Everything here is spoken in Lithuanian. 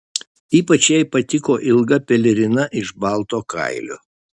ypač jai patiko ilga pelerina iš balto kailio